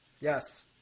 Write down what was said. Yes